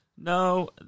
No